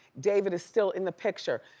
david is still in the picture,